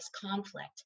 conflict